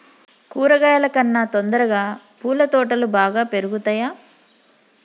కూరగాయల కన్నా తొందరగా పూల తోటలు బాగా పెరుగుతయా?